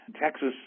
Texas